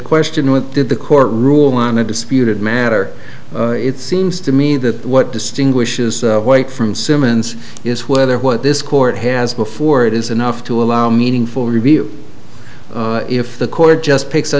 question what did the court rule on a disputed matter it seems to me that what distinguishes it from simmons is whether what this court has before it is enough to allow meaningful review if the court just picks a